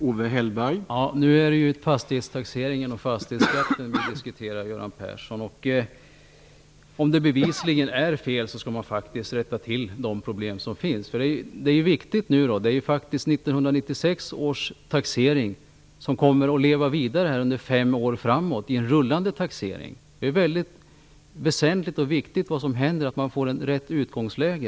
Herr talman! Nu är det fastighetstaxeringen och fastighetsskatten vi diskuterar, Göran Persson. Om det bevisligen finns fel skall man rätta till dem. Det är faktiskt 1996 års taxering som kommer att leva vidare under fem år framåt i en rullande taxering. Det är väsentligt att man får ett rätt utgångsläge.